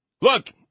Look